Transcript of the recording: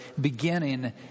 beginning